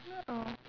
no